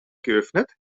geöffnet